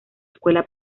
escuela